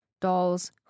dolls